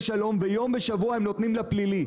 שלום ויום בשבוע הם נותנים לפלילי.